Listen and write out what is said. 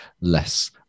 less